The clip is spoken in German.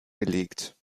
belegt